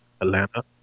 Atlanta